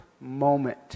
moment